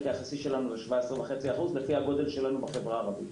היחסי שלהם הוא 17.5% לפי הגודל שלהם בחברה הערבית.